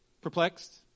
perplexed